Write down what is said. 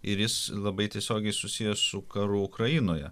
ir jis labai tiesiogiai susijęs su karu ukrainoje